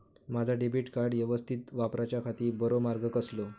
माजा debit card यवस्तीत वापराच्याखाती बरो मार्ग कसलो?